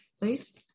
please